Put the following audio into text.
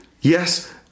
Yes